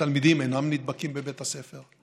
שהתלמידים אינם נדבקים בבית הספר.